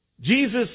Jesus